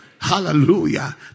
Hallelujah